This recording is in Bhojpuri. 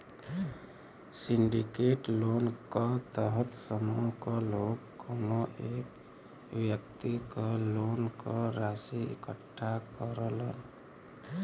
सिंडिकेट लोन क तहत समूह क लोग कउनो एक व्यक्ति क लोन क राशि इकट्ठा करलन